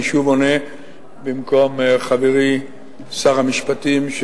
אני שוב עונה במקום חברי שר המשפטים,